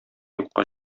юкка